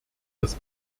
das